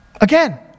Again